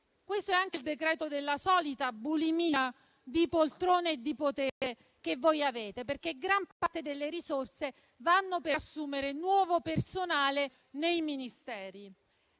Questo è anche il decreto della solita bulimia di poltrone e di potere che avete, perché gran parte delle risorse saranno impiegate per assumere nuovo personale nei Ministeri.